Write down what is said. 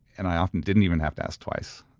and i often didn't even have to ask twice